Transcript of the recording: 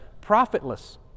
profitless